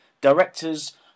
directors